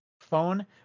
phone